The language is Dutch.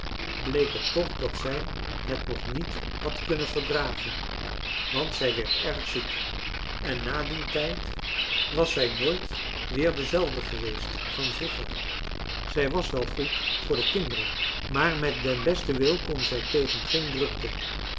bleek het toch dat zij het nog niet had kunnen verdragen want zij werd erg ziek en na dien tijd was zij nooit weer dezelfde geweest van vroeger zij was wel goed voor de kinderen maar met den besten wil kon zij tegen geen drukte